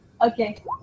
Okay